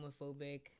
homophobic